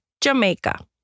Jamaica